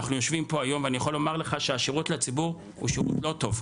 אני יכול לומר לך שהשירות לציבור הוא שירות לא טוב.